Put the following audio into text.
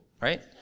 right